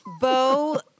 Bo